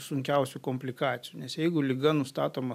sunkiausių komplikacijų nes jeigu liga nustatoma